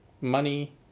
money